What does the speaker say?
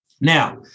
Now